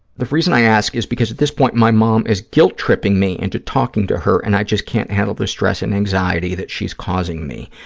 the reason i ask is because, at this point, my mom is guilt-tripping me into talking to her and i just can't handle the stress and anxiety that she's causing me.